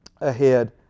ahead